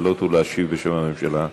לעלות ולהשיב בשם הממשלה.